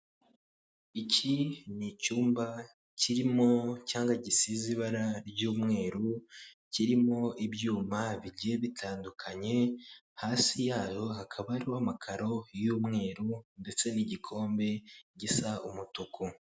Iki ni icyumba kirimo cyangwa gisize ibara ry'umweru, kirimo ibyuma bigiye bitandukanye, hasi yayo hakaba hariho amakaro y'umweru ndetse n'igikombe gisa umutuku.